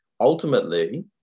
ultimately